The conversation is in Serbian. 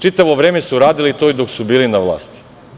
Čitavo vreme su radili to i dok su bili na vlasti.